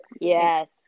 Yes